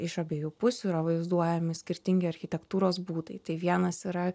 iš abiejų pusių yra vaizduojami skirtingi architektūros būdai tai vienas yra